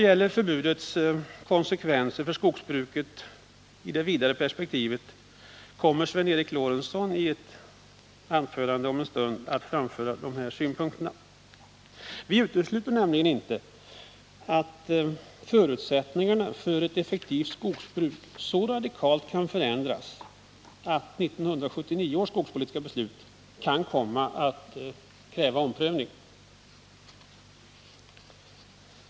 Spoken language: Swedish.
Sven-Eric Lorentzon kommer i ett anförande att närmare redogöra för förbudets konsekvenser för skogsbruket. Vi utesluter nämligen inte att förutsättningarna för ett effektivt skogsbruk så radikalt kan förändras att 1979 års skogspolitiska beslut kan komma att kräva en omprövning.